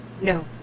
No